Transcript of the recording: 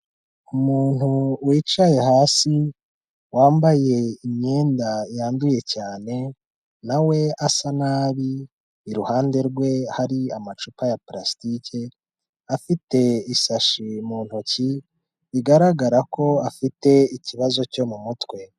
Umuntu wicaye hasi wambaye imyenda yanduye cyane, na we asa nabi, iruhande rwe hari amacupa ya purasitike, afite isashi mu ntoki, bigaragara ko afite ikibazo cyo mu mutwe.